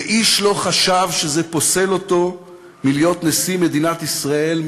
ואיש לא חשב שזה פוסל אותו מלהיות נשיא מדינת ישראל,